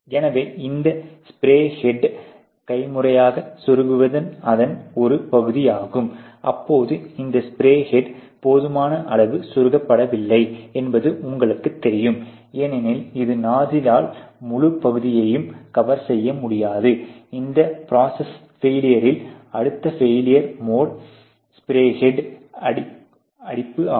எனவே இந்த ஸ்ப்ரே ஹெடை கைமுறையாகச் செருகுவது அதன் ஒரு பகுதியாகும் அப்போது இந்த ஸ்ப்ரே ஹெட் போதுமான அளவு செருகப்படவில்லை என்பது உங்களுக்குத் தெரியும் ஏனெனில் இது நாசிலால் முழு பகுதியையும் கவர் செய்ய முடியாது இந்த ப்ரோசஸ் ஃபெயிலியரில் அடுத்த ஃபெயிலியர் மோடு ஸ்பிரே ஹெட் அடைப்பு ஆகும்